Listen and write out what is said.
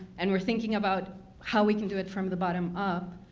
and we're thinking about how we can do it from the bottom up,